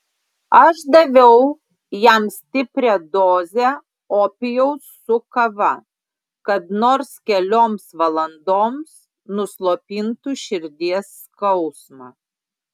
aš daviau jam stiprią dozę opijaus su kava kad nors kelioms valandoms nuslopintų širdies skausmą